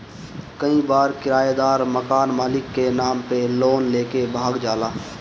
कई बार किरायदार मकान मालिक के नाम पे लोन लेके भाग जाला